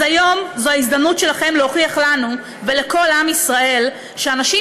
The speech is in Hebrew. אז היום זו ההזדמנות שלכם להוכיח לנו ולכל עם ישראל שאנשים